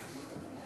כן.